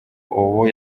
ubu